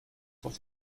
doch